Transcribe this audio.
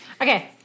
Okay